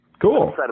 Cool